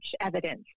evidence